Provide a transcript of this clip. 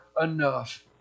enough